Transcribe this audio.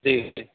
جی جی